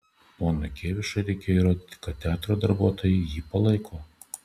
ponui kėvišui reikėjo įrodyti kad teatro darbuotojai jį palaiko